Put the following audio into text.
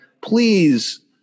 please